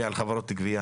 למה?